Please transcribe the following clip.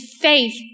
faith